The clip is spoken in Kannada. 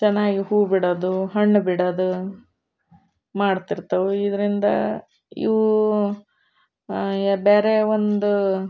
ಚೆನ್ನಾಗಿ ಹೂ ಬಿಡೋದು ಹಣ್ಣು ಬಿಡೋದು ಮಾಡ್ತಿರ್ತವೆ ಇದರಿಂದ ಇವು ಬೇರೆ ಒಂದು